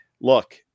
Look